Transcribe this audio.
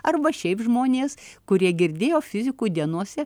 arba šiaip žmonės kurie girdėjo fizikų dienose